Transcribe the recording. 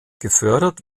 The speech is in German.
gefördert